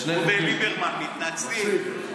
הוא וליברמן מתנצלים.